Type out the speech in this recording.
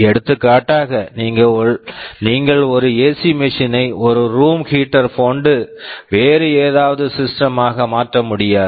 எடுத்துகாட்டாக நீங்கள் ஒரு AC machine AC machine ஐ ஒரு ரூம் ஹீட்டர் room heater போன்ற வேறு ஏதாவது சிஸ்டம் sysem ஆக மாற்ற முடியாது